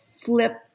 flip